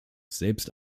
selbst